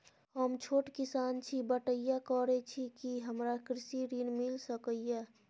हम छोट किसान छी, बटईया करे छी कि हमरा कृषि ऋण मिल सके या?